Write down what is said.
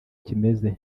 kimeze